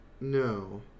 No